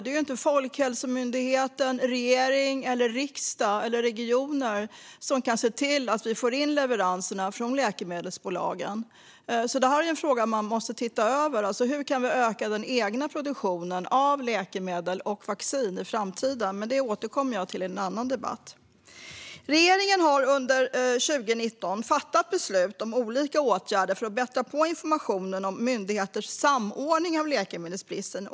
Det är inte Folkhälsomyndigheten, regering, riksdag eller regioner som kan se till att vi får leveranserna från läkemedelsbolagen. Detta är en fråga som man måste titta över. Hur kan vi öka den egna produktionen av läkemedel och vaccin i framtiden? Men det återkommer jag till i en annan debatt. Regeringen har under 2019 fattat beslut om olika åtgärder för att förbättra information och myndigheters samordning vid läkemedelsbrist.